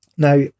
now